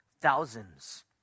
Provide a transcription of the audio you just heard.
Thousands